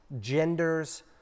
genders